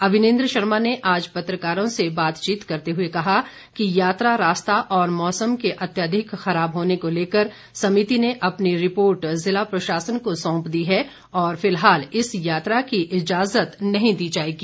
अविनेन्द्र शर्मा ने आज पत्रकारों से बातचीत करते हुए कहा कि यात्रा रास्ता और मौसम के अत्यधिक खराब होने के लेकर समिति ने अपनी रिपोर्ट जिला प्रशासन को सौंप दी है और फिलहाल इस यात्रा की ईजाजत नहीं दी जाएगी